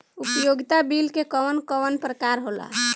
उपयोगिता बिल के कवन कवन प्रकार होला?